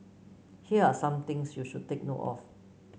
here are some things you should take note of